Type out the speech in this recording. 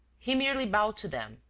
he merely bowed to them,